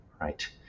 right